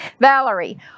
Valerie